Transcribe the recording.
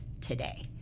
today